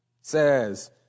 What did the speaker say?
says